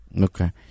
Okay